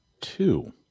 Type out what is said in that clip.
two